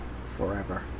forever